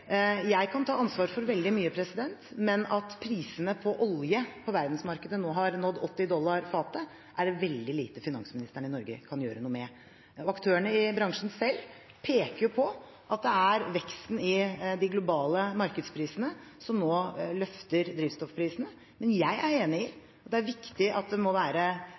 jeg kan ta ansvar for veldig mye, men at prisen på olje på verdensmarkedet nå har nådd 80 dollar fatet, er det veldig lite finansministeren i Norge kan gjøre noe med. Aktørene i bransjen selv peker på at det er veksten i de globale markedsprisene som nå løfter drivstoffprisene. Men jeg er enig i at det er viktig at det må være